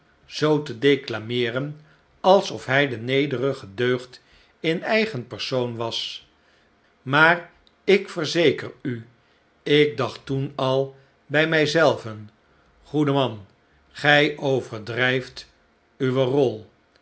zoo te declameeren alsof hij de nederige deugd in eigen persoon was maar ik verzeker u ik dacht toen al bij mij zelven goede man gij overdraft uwe rol